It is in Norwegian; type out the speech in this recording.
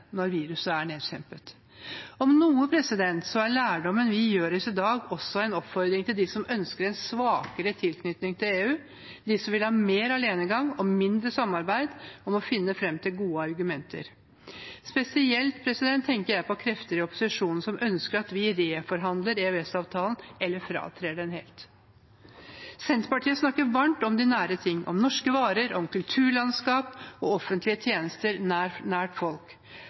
når viruset er nedkjempet. Om noe er lærdommen vi gjør oss i dag, også en oppfordring til dem som ønsker en svakere tilknytning til EU, de som vil ha mer alenegang og mindre samarbeid, om å finne fram til gode argumenter. Spesielt tenker jeg på krefter i opposisjonen som ønsker at vi reforhandler EØS-avtalen eller fratrer den helt. Senterpartiet snakker varmt om de nære ting, om norske varer, om kulturlandskap og offentlige tjenester nært folk.